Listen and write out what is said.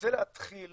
רוצה להתחיל